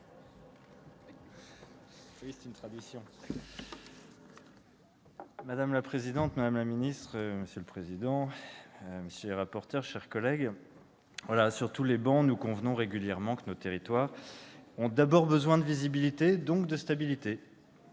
Madame la présidente, madame la ministre, monsieur le président de la commission, messieurs les rapporteurs, mes chers collègues, sur toutes les travées, nous convenons régulièrement que nos territoires ont d'abord besoin de visibilité, donc de stabilité,